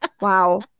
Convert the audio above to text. Wow